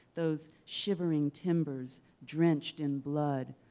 those shivering timbers drenched in blood,